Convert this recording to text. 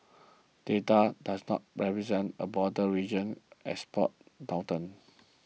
data does not represent a broader regional export downturn